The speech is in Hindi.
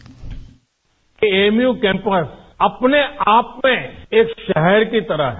बाइट एएमयू कैंपस अपने आप में एक शहर की तरह है